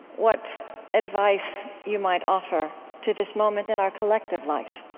what advice you might offer to this moment in our collective life?